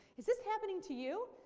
is this happening to you?